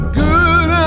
good